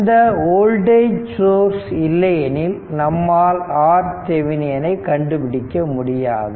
இந்த voltage source இல்லையெனில் நம்மால் RThevenin ஐ கண்டுபிடிக்க முடியாது